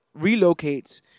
relocates